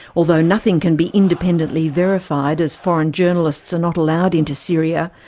although nothing can be independently verified as foreign journalists are not allowed into syria,